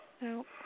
No